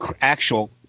actual